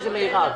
אדוני.